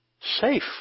safe